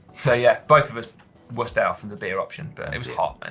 so yeah. both of us wussed out for the beer option, but it was hot and